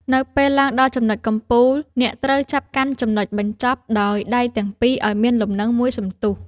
នៅពេលឡើងដល់ចំណុចកំពូល អ្នកត្រូវចាប់កាន់ចំណុចបញ្ចប់ដោយដៃទាំងពីរឱ្យមានលំនឹងមួយសន្ទុះ។